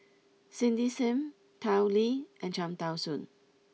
Cindy Sim Tao Li and Cham Tao Soon